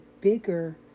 bigger